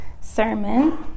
sermon